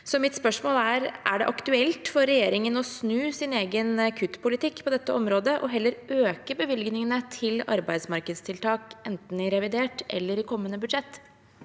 Er det aktuelt for regjeringen å snu sin egen kutt politikk på dette området og heller øke bevilgningene til arbeidsmarkedstiltak, enten i revidert eller i kommende budsjett?